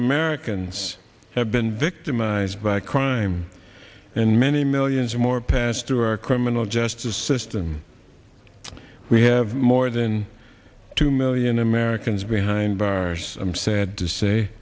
americans have been victimized by crime and many millions more pass through our criminal justice system we have more than two million americans behind bars i'm sad to say